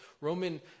Roman